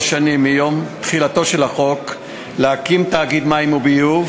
שנים מיום תחילתו של החוק להקים תאגיד מים וביוב,